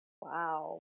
Wow